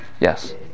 Yes